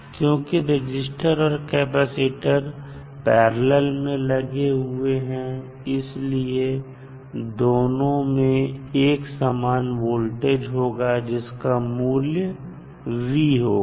क्योंकि रजिस्टर और capacitor parallel में लगे हुए हैं इसलिए दोनों में एक सामान वोल्टेज होगा जिसका मूल्य v होगा